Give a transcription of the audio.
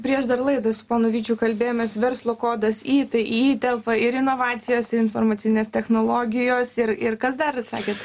prieš dar laidą su ponu vyčiu kalbėjomės verslo kodas i tai į i telpa ir inovacijos ir informacinės technologijos ir ir kas dar sakėt